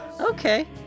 okay